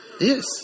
Yes